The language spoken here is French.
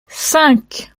cinq